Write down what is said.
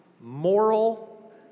moral